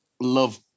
love